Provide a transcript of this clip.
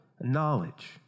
knowledge